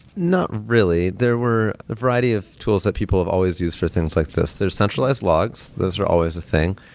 not really. there were a variety of tools that people have always used for things like this. there's centralized logs. those are always a thing.